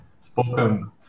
spoken